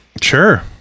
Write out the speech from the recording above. Sure